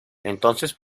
entonces